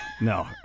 no